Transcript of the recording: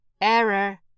Error